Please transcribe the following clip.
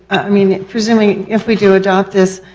i mean presuming if we do adopt this,